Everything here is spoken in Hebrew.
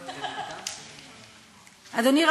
אדוני,